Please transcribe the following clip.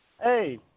Hey